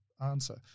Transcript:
answer